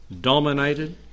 dominated